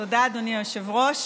תודה, אדוני היושב-ראש.